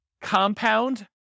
compound